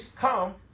come